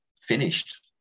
finished